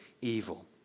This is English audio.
evil